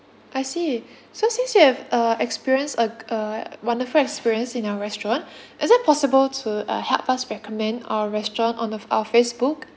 I see so since you have a experience a a wonderful experience in our restaurant is it possible to uh help us recommend our restaurant on a our Facebook